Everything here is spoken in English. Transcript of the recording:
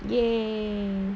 !yay!